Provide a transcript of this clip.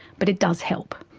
but it does help.